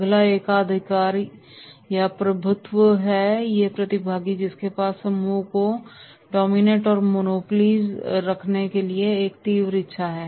अगला एकाधिकार या प्रभुत्व है ये ऐसे प्रतिभागी हैं जिनके पास समूह को डोमिनेट या मोनोपोलीज करने के लिए एक तीव्र इच्छा है